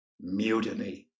Mutiny